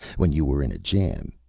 when you were in a jam,